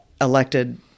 elected